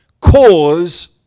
cause